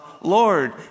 Lord